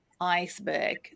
iceberg